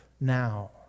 now